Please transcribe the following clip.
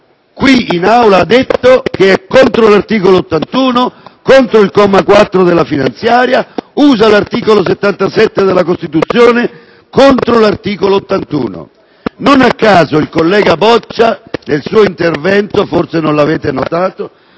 qui in Aula ha detto che è contro l'articolo 81, contro il comma 4 della legge finanziaria; usa l'articolo 77 della Costituzione contro l'articolo 81. Non a caso, il collega Boccia nel suo intervento - forse non lo avete notato